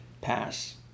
pass